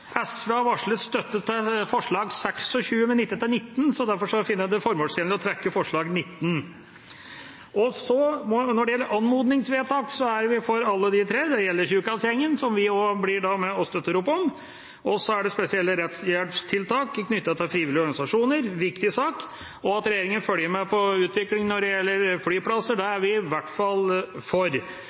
SV har varslet støtte til forslag nr. 26, men ikke til nr. 19, så derfor finner jeg det formålstjenlig å trekke forslag nr. 19. Når det gjelder anmodningsvedtak, er vi for alle tre. Det gjelder Tjukkasgjengen, som vi blir med på å støtte opp om. Så er det spesielle rettshjelpstiltak knyttet til frivillige organisasjoner – det er en viktig sak. Og at regjeringa følger med på utviklingen når det gjelder flyplasser, er vi i hvert fall for.